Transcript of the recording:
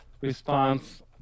response